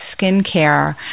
skincare